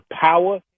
power